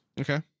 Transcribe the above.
Okay